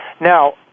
Now